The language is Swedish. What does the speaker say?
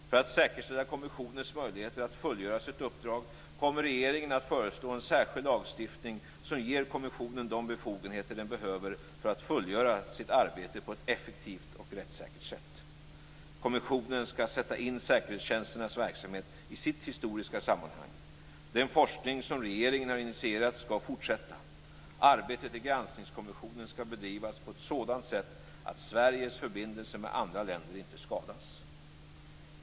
För att säkerställa kommissionens möjligheter att fullgöra sitt uppdrag kommer regeringen att föreslå en särskild lagstiftning som ger kommissionen de befogenheter den behöver för att fullgöra sitt arbete på ett effektivt och rättssäkert sätt. Kommissionen skall sätta in säkerhetstjänsternas verksamhet i sitt historiska sammanhang. Den forskning som regeringen har initierat skall fortsätta. Arbetet i granskningskommissionen skall bedrivas på ett sådant sätt att Sveriges förbindelser med andra länder inte skadas.